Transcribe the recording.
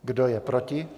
Kdo je proti?